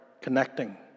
connecting